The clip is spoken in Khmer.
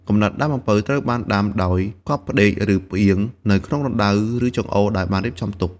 កំណាត់ដើមអំពៅត្រូវបានដាំដោយ កប់ផ្ដេក ឬ ផ្អៀង នៅក្នុងរណ្តៅឬចង្អូរដែលបានរៀបចំទុក។